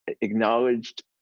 acknowledged